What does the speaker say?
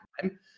time